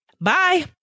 bye